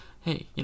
hey